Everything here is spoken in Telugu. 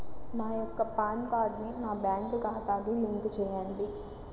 నా యొక్క పాన్ కార్డ్ని నా బ్యాంక్ ఖాతాకి లింక్ చెయ్యండి?